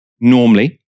Normally